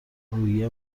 روحیه